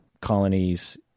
colonies